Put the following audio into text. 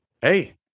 hey